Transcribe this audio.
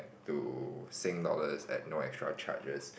to Sing dollars at no extra charges